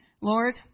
Lord